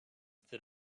that